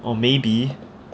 oh maybe